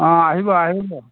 অঁ আহিব আহিব